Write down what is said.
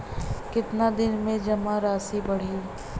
कितना दिन में जमा राशि बढ़ी?